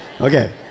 Okay